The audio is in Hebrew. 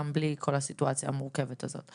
גם בלי כל הסיטואציה המורכבת הזאת.